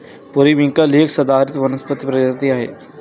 periwinkle ही एक सदाहरित वनस्पती प्रजाती आहे